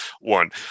one